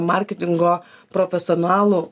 marketingo profesionalų